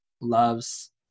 loves